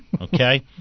okay